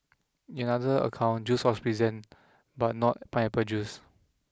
in other account juice was present but not pineapple juice